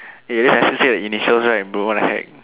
eh I just said your initials right bro what the heck